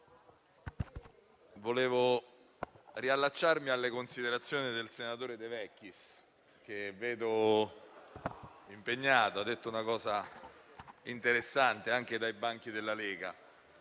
vorrei riallacciarmi alle considerazioni del senatore De Vecchis, che vedo impegnato. Ha detto una cosa interessante anche dai banchi della Lega.